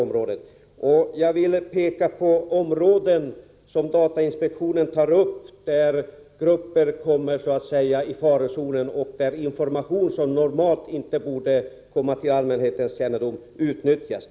Jag vill peka på några grupper av människor som datainspektionen säger kan komma i farozonen och där information som normalt inte borde komma till allmänhetens kännedom har utnyttjats.